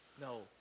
No